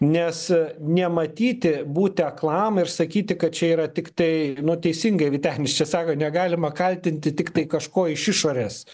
nes nematyti būti aklam ir sakyti kad čia yra tiktai nu teisingai vytenis čia sako negalima kaltinti tiktai kažko iš išorės